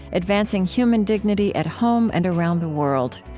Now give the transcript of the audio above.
advancing human dignity at home and around the world.